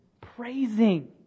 Praising